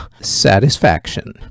Satisfaction